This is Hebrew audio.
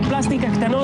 זה לא רק ניקיון.